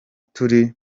turi